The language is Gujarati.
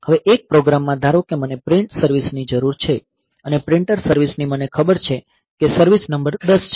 હવે એક પ્રોગ્રામમાં ધારો કે મને પ્રિન્ટર સર્વીસની જરૂર છે અને પ્રિન્ટર સર્વીસની મને ખબર છે કે સર્વીસ નંબર 10 છે